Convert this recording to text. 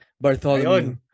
Bartholomew